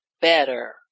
better